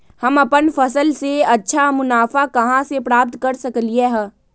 हम अपन फसल से अच्छा मुनाफा कहाँ से प्राप्त कर सकलियै ह?